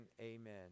amen